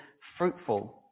fruitful